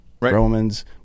Romans